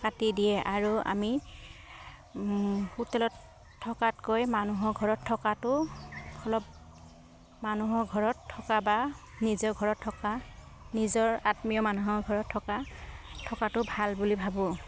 কাটি দিয়ে আৰু আমি হোটেলত থকাতকৈ মানুহৰ ঘৰত থকাটো অলপ মানুহৰ ঘৰত থকা বা নিজৰ ঘৰত থকা নিজৰ আত্মীয় মানুহৰ ঘৰত থকা থকাটো ভাল বুলি ভাবোঁ